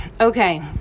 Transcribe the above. Okay